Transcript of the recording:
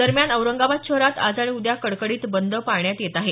दरम्यान औरंगाबाद शहरात आज आणि उद्या कडकडीत बंद पाळण्यात येत आहे